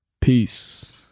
Peace